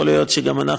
יכול להיות שגם אנחנו,